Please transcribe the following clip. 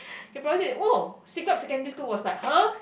he probably said oh siglap secondary school was like !huh!